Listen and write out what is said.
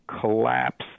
collapsed